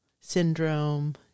syndrome